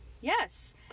Yes